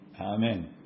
Amen